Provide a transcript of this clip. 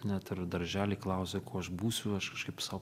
net ir daržely klausė kuo aš būsiu aš kažkaip sau